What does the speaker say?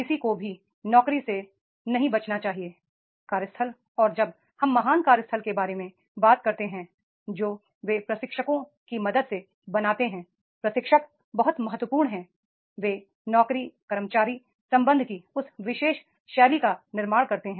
किसी को भी नौकरी से नहीं बचना चाहिए कार्यस्थल और जब हम महान कार्यस्थल के बारे में बात करते हैं जो वे प्रशिक्षकों की मदद से बनाते हैं प्रशिक्षक बहुत महत्वपूर्ण हैं वे नौकरी कर्मचारी संबंध की उस विशेष शैली का निर्माण करते हैं